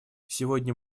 сегодня